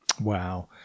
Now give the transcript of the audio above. Wow